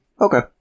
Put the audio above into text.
Okay